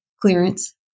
clearance